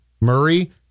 Murray